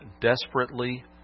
desperately